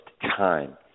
time